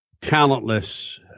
talentless